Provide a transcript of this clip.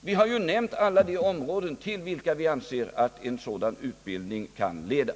Vi har ju nämnt alla de områden till vilka vi anser att en sådan utbildning kan leda.